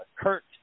Kurt